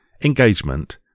engagement